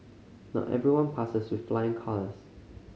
not everyone passes with flying colours